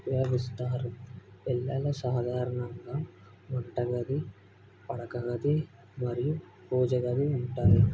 ఉపయోగిస్తారు పిల్లలు సాధారణంగా వంటగది పడకగది మరియు పూజగది ఉంటాయి